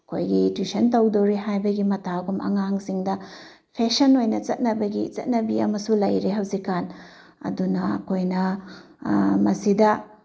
ꯑꯩꯈꯣꯏꯒꯤ ꯇ꯭ꯋꯤꯁꯟ ꯇꯧꯗꯣꯔꯦ ꯍꯥꯏꯕꯒꯤ ꯃꯇꯥꯒꯨꯝ ꯑꯉꯥꯡꯁꯤꯡꯗ ꯐꯦꯁꯟ ꯑꯣꯏꯅ ꯆꯠꯅꯕꯒꯤ ꯆꯠꯅꯕꯤ ꯑꯃꯁꯨ ꯂꯩꯔꯦ ꯍꯧꯖꯤꯛꯀꯥꯟ ꯑꯗꯨꯅ ꯑꯩꯈꯣꯏꯅ ꯃꯁꯤꯗ